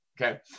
Okay